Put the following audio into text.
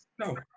No